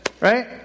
Right